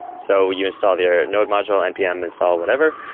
so you install your node module, npm install whatever,